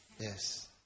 yes